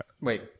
Wait